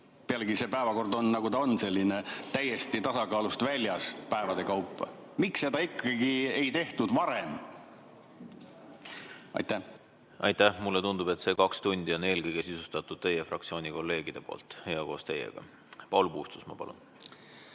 Pealegi, see päevakord on, nagu ta on, selline täiesti tasakaalust väljas päevade kaupa. Miks seda ikkagi ei tehtud varem? Aitäh! Mulle tundub, et see kaks tundi on eelkõige sisustatud teie fraktsiooni kolleegide poolt ja koos teiega. Paul Puustusmaa, palun!